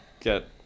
get